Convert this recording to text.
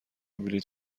بلیط